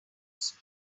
use